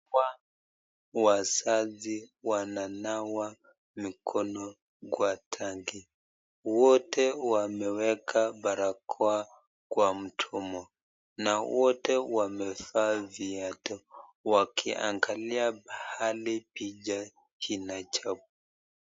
Wazazi wananawa mikono kwa tanki, wote wameweka barakoa kwa mdomo, na wote wamevaa viatu wakiangalia pahali picha kinacho pingwa.